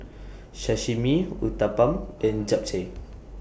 Sashimi Uthapam and Japchae